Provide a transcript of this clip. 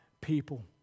people